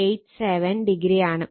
87o ആണ്